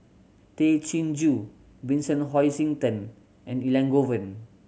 Tay Chin Joo Vincent Hoisington and Elangovan